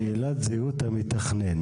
שאלת זהות המתכנן.